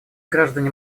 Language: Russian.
граждане